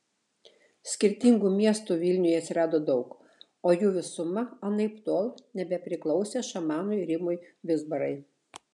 skirtingų miestų vilniuje atsirado daug o jų visuma anaiptol nebepriklausė šamanui rimui vizbarai